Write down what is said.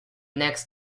next